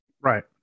Right